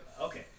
okay